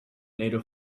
nato